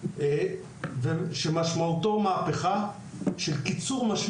שמשמעותה מהפיכה של קיצור משמעותי של שבוע העבודה.